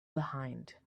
behind